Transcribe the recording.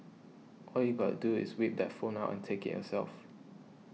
all you got to do is whip that phone out and take it yourself